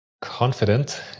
confident